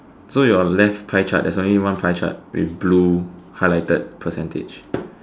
so your left pie chart there's only one pie chart with blue highlighted percentage